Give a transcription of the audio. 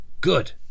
good